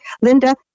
Linda